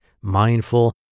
mindful